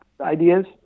ideas